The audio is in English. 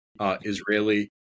Israeli